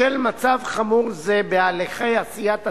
בשל מצב חמור זה בהליכי עשיית הצדק,